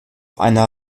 einer